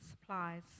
supplies